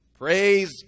Praise